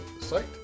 site